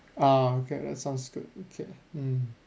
ah okay that sounds good okay mm